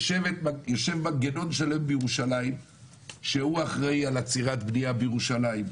יושב מנגנון שלם בירושלים שאחראי על עצירת בנייה בירושלים,